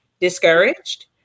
discouraged